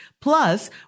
plus